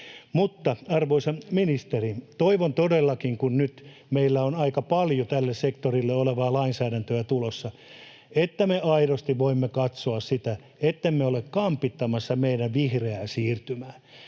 Mutta, arvoisa ministeri, toivon todellakin, kun nyt meillä on aika paljon tälle sektorille olevaa lainsäädäntöä tulossa, että me aidosti voimme katsoa sitä, ettemme ole kampittamassa meidän vihreää siirtymää.